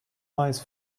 eyes